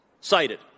cited